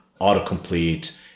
autocomplete